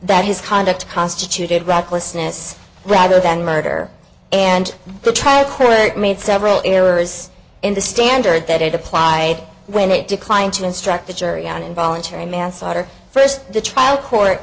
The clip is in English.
that his conduct constituted recklessness rather than murder and the trial craig made several errors in the standard that it applied when it declined to instruct the jury on involuntary manslaughter first the trial court